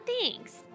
thanks